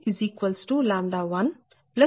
59107